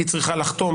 היא צריכה לחתום,